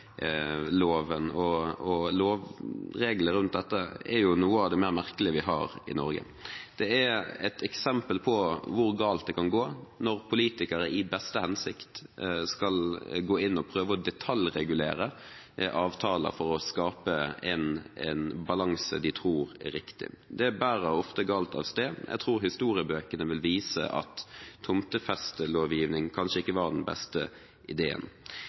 og lovregler rundt dette er jo noe av det mer merkelige vi har i Norge, det er et eksempel på hvor galt det kan gå når politikere – i beste hensikt – skal gå inn og prøve å detaljregulere avtaler for å skape en balanse de tror er riktig. Det bærer ofte galt av sted. Jeg tror historiebøkene vil vise at tomtefestelovgivning kanskje ikke var den beste ideen.